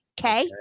okay